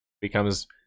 becomes